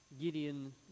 Gideon